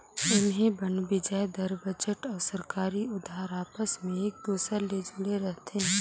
ऐम्हें बांड बियाज दर, बजट अउ सरकारी उधार आपस मे एक दूसर ले जुड़े रथे